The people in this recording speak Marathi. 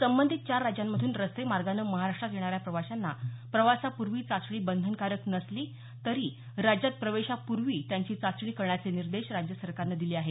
संबंधित चार राज्यांमधून रस्ते मार्गानं महाराष्ट्रात येणाऱ्या प्रवाशांना प्रवासापूर्वी चाचणी बंधनकारक नसली तरी राज्यात प्रवेशापूर्वी त्यांची चाचणी करण्याचे निर्देश राज्य सरकारनं दिले आहेत